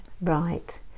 Right